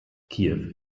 kiew